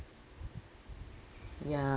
ya